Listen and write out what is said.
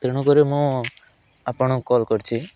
ତେଣୁକରି ମୁଁ ଆପଣକୁ କଲ କରିଛି